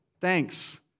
thanks